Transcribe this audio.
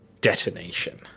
detonation